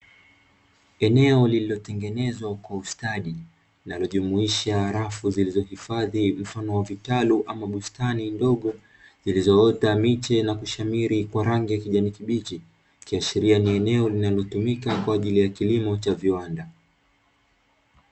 Eneo lililotengenezwa kwa ustadi, linalojumuisha rafu zilizohifadhi mfano wa vitalu ama ustani ndogo, zilizoota miche na kushamiri kwa rangi ya kijani kibichi, ikiashiria ni eneo linalotumika kwa ajili ya kilimo cha viwanda.